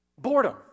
boredom